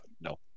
No